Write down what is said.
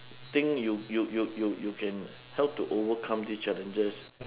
think you you you you you can help to overcome this challenges